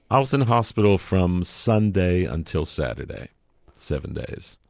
i was in hospital from sunday until saturday seven days.